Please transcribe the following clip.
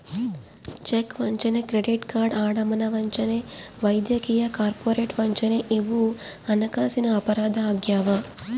check ವಂಚನೆ credit card ಅಡಮಾನ ವಂಚನೆ ವೈದ್ಯಕೀಯ ಕಾರ್ಪೊರೇಟ್ ವಂಚನೆ ಇವು ಹಣಕಾಸಿನ ಅಪರಾಧ ಆಗ್ಯಾವ